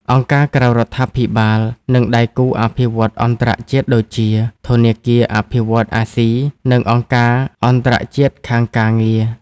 អង្គការក្រៅរដ្ឋាភិបាល និងដៃគូអភិវឌ្ឍន៍អន្តរជាតិដូចជា ធនាគារអភិវឌ្ឍន៍អាស៊ី និងអង្គការអន្តរជាតិខាងការងារ។